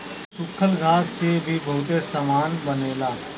सूखल घास से भी बहुते सामान बनेला